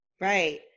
Right